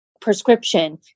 prescription